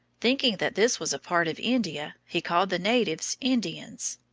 thinking that this was a part of india, he called the natives indians.